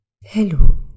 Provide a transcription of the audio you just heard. Hello